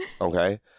okay